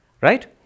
Right